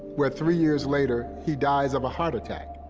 where three years later, he dies of a heart attack.